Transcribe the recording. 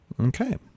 Okay